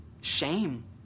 shame